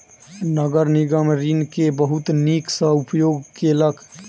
नगर निगम ऋण के बहुत नीक सॅ उपयोग केलक